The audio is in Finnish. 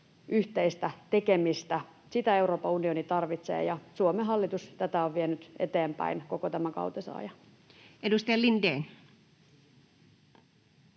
yhteistä tekemistä, sitä Euroopan unioni tarvitsee — ja Suomen hallitus tätä on vienyt eteenpäin koko tämän kautensa ajan. [Speech 29]